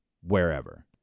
wherever